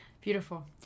Beautiful